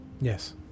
Yes